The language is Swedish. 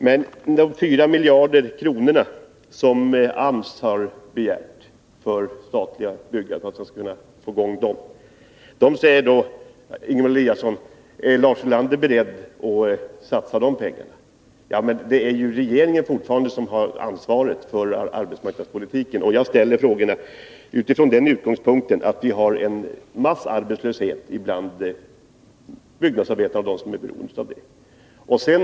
Beträffande de 4 miljarderna som AMS har begärt för att det statliga byggandet skall kunna komma i gång frågar Ingemar Eliasson: Är Lars Ulander beredd att satsa de pengarna? Ja, men det är fortfarande regeringen som har ansvaret för arbetsmarknadspolitiken. Jag ställer mina frågor utifrån den utgångspunkten att vi har en massarbetslöshet bland byggnadsarbetarna och andra som är beroende av byggverksamheten.